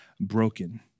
broken